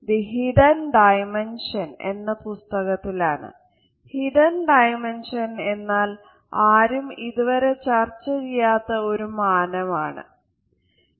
hidden dimension എന്നാൽ ആരും ഇത് വരെ ചർച്ച ചെയ്യാത്ത ഒരു മാനം ആണ്